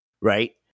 right